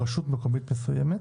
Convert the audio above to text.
ברשות מקומית מסוימת